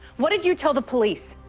what did you tell the police?